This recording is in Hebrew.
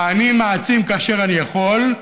אני מעצים כאשר אני יכול,